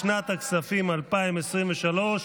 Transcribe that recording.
לשנת הכספים 2023,